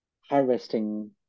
harvesting